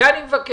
את זה אני מבקש.